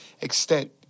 extent